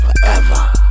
Forever